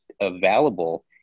available